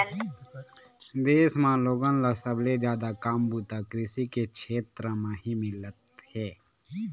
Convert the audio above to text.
देश म लोगन ल सबले जादा काम बूता कृषि के छेत्र म ही मिलत हे